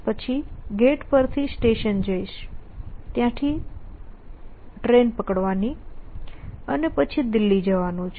પછી ગેટ પર થી સ્ટેશન જઈશ ત્યાંથી ટ્રેન પકડવાની અને પછી દિલ્હી જવાનું છે